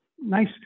nice